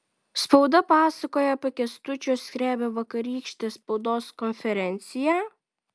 spauda pasakoja apie kęstučio skrebio vakarykštę spaudos konferenciją